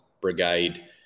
brigade –